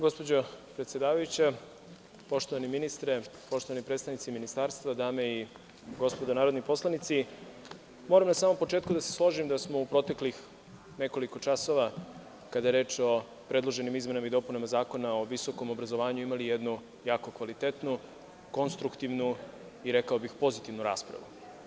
Gospođo predsedavajuća, poštovani ministre, poštovani predstavnici Ministarstva, dame i gospodo narodni poslanici, moram na samom početku da se složim da smo u proteklih nekoliko časova, kada je reč o predloženim izmenama i dopunama Zakona o visokom obrazovanju imali jednu jako kvalitetnu, konstruktivnu i, rekao bih, pozitivnu raspravu.